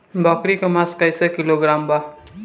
बकरी के मांस कईसे किलोग्राम बा?